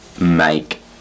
make